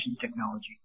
technology